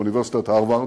באוניברסיטת הרווארד,